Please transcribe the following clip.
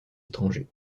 étrangers